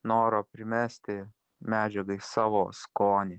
noro primesti medžiagai savo skonį